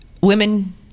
women